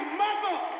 mother